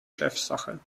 chefsache